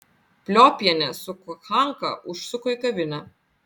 pliopienė su kochanka užsuko į kavinę